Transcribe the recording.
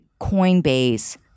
Coinbase